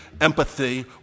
empathy